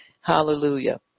Hallelujah